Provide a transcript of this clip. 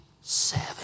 seven